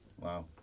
Wow